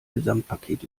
gesamtpaket